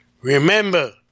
Remember